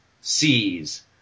sees